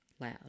loud